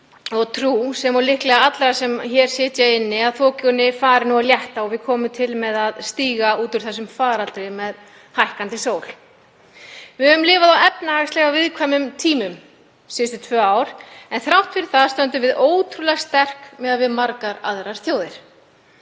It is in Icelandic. og trú, sem og líklega allra sem hér sitja inni, að þokunni fari létta og við munum stíga út úr þessum faraldri með hækkandi sól. Við höfum lifað á efnahagslega viðkvæmum tímum síðustu tvö ár, en þrátt fyrir það stöndum við ótrúlega sterk miðað við margar aðrar þjóðir.